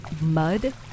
mud